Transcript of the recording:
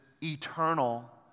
eternal